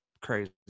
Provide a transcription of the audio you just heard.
Crazy